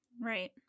Right